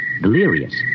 delirious